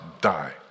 die